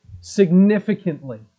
significantly